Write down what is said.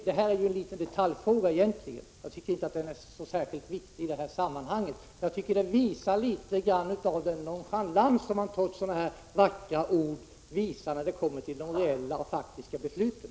Det gäller här en detaljfråga, som jag egentligen tycker inte är så viktig i detta sammanhang, men den visar ändå något av den nonchalans som trots vackra ord visas när man kommer fram till de reella besluten.